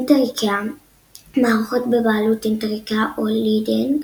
אינטר איקאה מערכות בבעלות אינטר איקאה הולדינג,